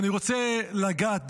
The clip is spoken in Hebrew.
אני רוצה לגעת,